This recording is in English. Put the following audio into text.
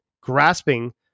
grasping